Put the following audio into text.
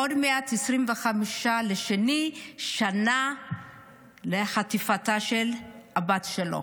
עוד מעט 25 בפברואר, שנה לחטיפתה של הבת שלו.